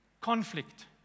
conflict